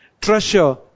Treasure